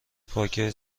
پاکه